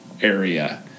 area